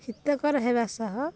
ହିତକର ହେବା ସହ